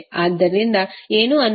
ಆದ್ದರಿಂದ ಏನು ಅನ್ವಯಿಸಬಹುದು